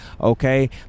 okay